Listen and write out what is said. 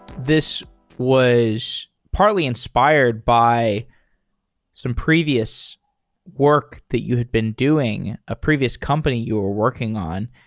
this was partly inspired by some previous work that you had been doing, a previous company you were working on.